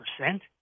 percent